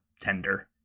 tender